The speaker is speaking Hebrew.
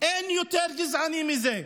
אין יותר גזעני מזה.